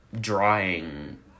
drawing